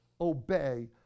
obey